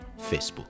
Facebook